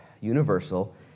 universal